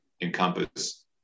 encompass